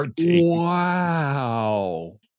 wow